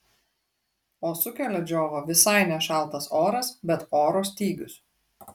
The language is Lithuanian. o sukelia džiovą visai ne šaltas oras bet oro stygius